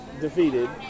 defeated